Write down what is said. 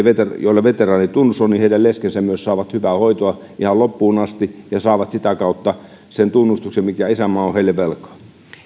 joilla veteraanitunnus on lesket saavat hyvää hoitoa ihan loppuun asti ja saavat sitä kautta sen tunnustuksen minkä isänmaa on heille velkaa